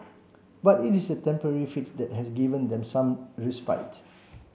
but it is a temporary fix that has given them some respite